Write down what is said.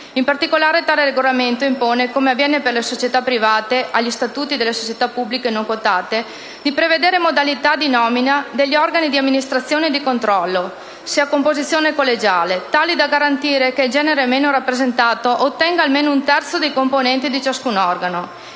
In particolare, tale regolamento impone, come avviene per le società private e agli statuti delle società pubbliche non quotate, di prevedere modalità di nomina degli organi di amministrazione e di controllo, se a composizione collegiale, tali da garantire che il genere meno rappresentato ottenga almeno un terzo dei componenti di ciascun organo.